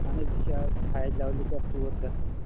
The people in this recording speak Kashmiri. اَہَن حظ یہِ چھِ حظ ہاے لیوٚلہِ پٮ۪ٹھ ژوٗر گژھان